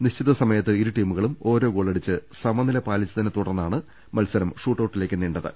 നിശ്ചിത സമയത്ത് ഇരുടീമുകളും ഓരോ ഗോളടിച്ച് സമനില പാലിച്ചതിനെ തുടർന്നാണ് മത്സരം ഷൂട്ടൌട്ടിലേക്ക് നീണ്ടത്